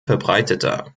verbreiteter